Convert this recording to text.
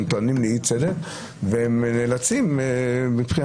הם טוענים לאי צדק והם נאלצים מבחינתם,